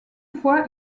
fois